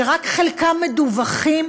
שרק חלקם מדווחים,